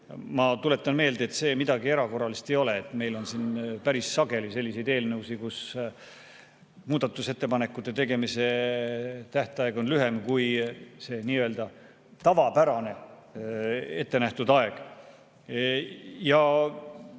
Ma tuletan meelde, et see midagi erakorralist ei ole. Meil on siin päris sageli selliseid eelnõusid, kus muudatusettepanekute tegemise tähtaeg on lühem kui see tavapärane ettenähtud aeg.